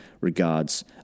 Regards